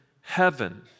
heaven